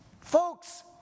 Folks